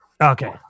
Okay